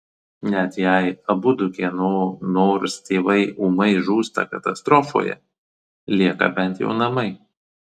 net jei abudu kieno nors tėvai ūmai žūsta katastrofoje lieka bent jau namai